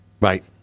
Right